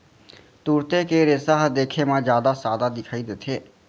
तुरते के रेसा ह देखे म जादा सादा दिखई देथे